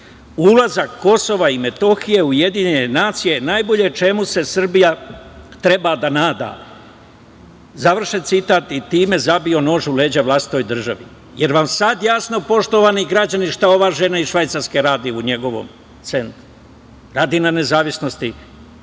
„Ulazak Kosova i Metohije u UN je najbolje čemu se Srbija treba da nada“. Završen citat. Time je zabio nož u leđa vlastitoj državi. Jel vam sada jasno, poštovani građani, šta ova žena iz Švajcarske radi u njegovom centru? Radi na nezavisnosti